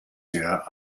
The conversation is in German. her